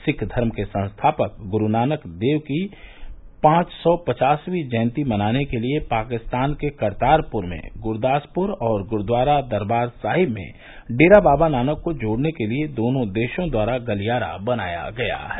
सिख धर्म के संस्थापक ग्रु नानक देव की पांच सौ पचासवीं जयंती मनाने के लिए पाकिस्तान के करतारपूर में गुरदासपुर और गुरुद्वारा दरबार साहिब में डेरा बाबा नानक को जोड़ने के लिए दोनों देशों द्वारा गलियारा बनाया गया है